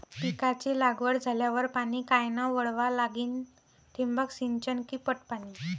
पिकाची लागवड झाल्यावर पाणी कायनं वळवा लागीन? ठिबक सिंचन की पट पाणी?